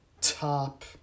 top